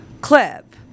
clip